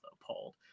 appalled